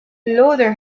lowder